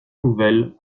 nouvelles